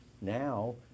Now